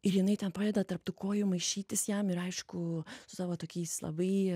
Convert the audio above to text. ir jinai ten padeda tarp tų kojų maišytis jam ir aišku savo tokiais labai